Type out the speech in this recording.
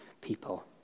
people